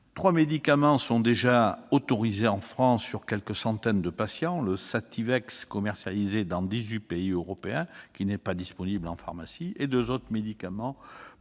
Trois médicaments sont déjà autorisés dans notre pays, pour quelques centaines de patients concernés : le Sativex, commercialisé dans dix-huit pays européens, qui n'est pas disponible en pharmacie, et deux autres médicaments